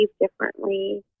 differently